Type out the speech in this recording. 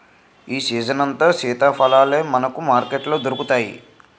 ఈ సీజనంతా సీతాఫలాలే మనకు మార్కెట్లో దొరుకుతాయి